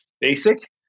basic